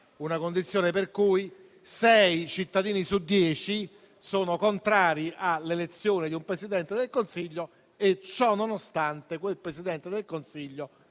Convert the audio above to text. una condizione per cui sei cittadini su dieci sono contrari all'elezione di un Presidente del Consiglio e, ciononostante, quel Presidente del Consiglio,